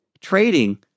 trading